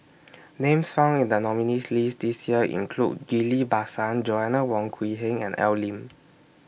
Names found in The nominees' list This Year include Ghillie BaSan Joanna Wong Quee Heng and Al Lim